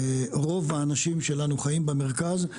רוב האנשים שלנו חיים במרכז.